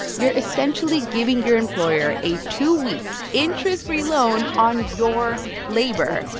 you're essentially giving your employer a two-week, interest-free loan on your labor,